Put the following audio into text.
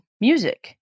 music